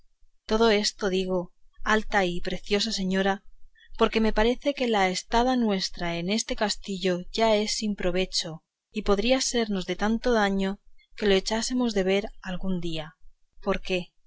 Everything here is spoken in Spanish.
todo esto digo alta y preciosa señora porque me parece que la estada nuestra en este castillo ya es sin provecho y podría sernos de tanto daño que lo echásemos de ver algún día porque